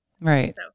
Right